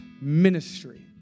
Ministry